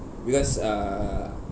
because uh